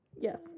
Yes